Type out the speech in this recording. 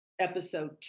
episode